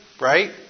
Right